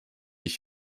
ich